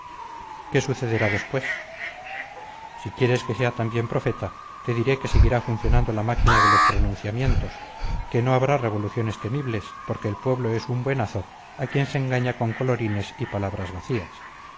qué sucederá después si quieres que sea también profeta te diré que seguirá funcionando la máquina de los pronunciamientos que no habrá revoluciones temibles porque el pueblo es un buenazo a quien se engaña con colorines y palabras vacías